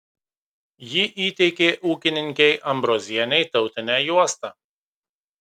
ji įteikė ūkininkei ambrozienei tautinę juostą